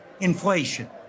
inflation